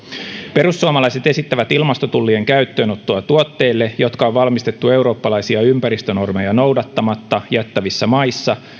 perussuomalaiset esittävät ilmastotullien käyttöönottoa tuotteille jotka on valmistettu eurooppalaisia ympäristönormeja noudattamatta jättävissä maissa